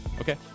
Okay